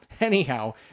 Anyhow